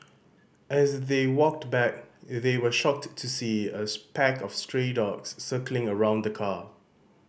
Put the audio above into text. as they walked back they were shocked to see a pack of stray dogs circling around the car